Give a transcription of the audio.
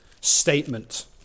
statement